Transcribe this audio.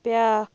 بیٛاکھ